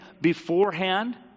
beforehand